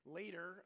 later